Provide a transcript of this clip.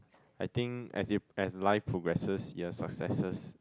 I think as it as life progresses your successes